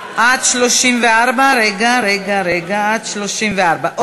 עד 34. עד 34. אוקיי.